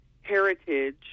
heritage